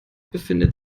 befindet